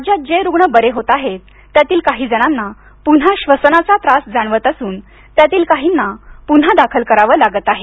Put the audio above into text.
राज्यात जे रुग्ण बरे होत आहेत त्यातील काही जणांना पुन्हा श्वसनाचा त्रास जाणवत असून त्यातील काहींना पुन्हा दाखल करावं लागत आहे